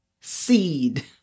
seed